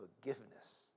forgiveness